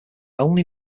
only